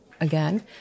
again